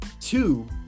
two